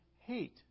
hate